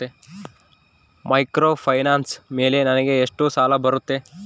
Microfinance ಮೇಲೆ ನನಗೆ ಎಷ್ಟು ಸಾಲ ಬರುತ್ತೆ?